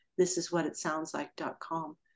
thisiswhatitsoundslike.com